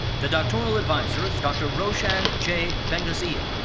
the doctoral advisor is is dr. roshan j. vengazhiyil.